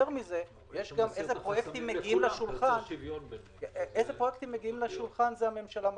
הממשלה היא זאת שמחליטה איזה פרויקטים מגיעים לשולחן.